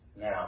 Now